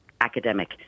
academic